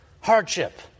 hardship